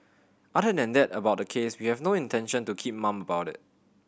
other than that about the case we have no intention to keep mum about it